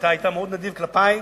ואתה היית מאוד נדיב כלפי,